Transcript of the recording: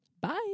Bye